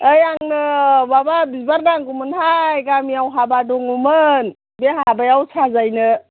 ओइ आंनो माबा बिबार नांगौमोनहाय गामियाव हाबा दङमोन बे हाबायाव साजायनो